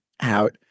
out